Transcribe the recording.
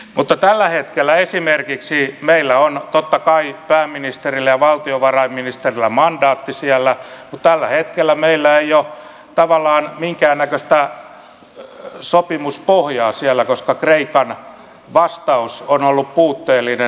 mutta tällä hetkellä esimerkiksi meillä on totta kai pääministerillä ja valtiovarainministerillä mandaatti siellä mutta tällä hetkellä meillä ei ole tavallaan minkäännäköistä sopimuspohjaa siellä koska kreikan vastaus on ollut puutteellinen